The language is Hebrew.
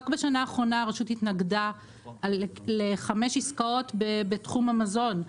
רק בשנה האחרונה הרשות התנגדה לחמש עסקאות בתחום המזון.